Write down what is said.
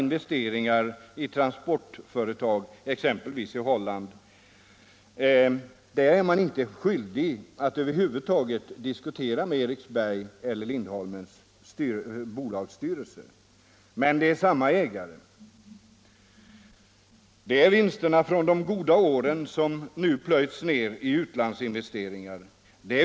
Investeringar i exempelvis transportföretag i Holland är man nämligen inte skyldig att över huvud taget diskutera med Eriksbergs eller Lindholmens styrelse. Men det är samma ägare. Det är vinsterna från de goda åren som nu plöjts ned i utlandsinvesteringar.